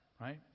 right